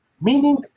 meaning